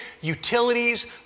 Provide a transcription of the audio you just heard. utilities